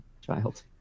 Child